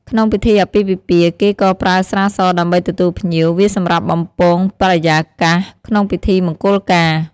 ក្នុងពិធីអាពាហ៍ពិពាហ៍ គេក៏ប្រើស្រាសដើម្បីទទួលភ្ញៀវ វាសម្រាប់បំពងបរិយាកាសក្នុងពិធីមង្គលការ។